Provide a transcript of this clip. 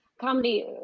comedy